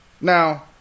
Now